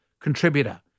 contributor